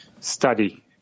study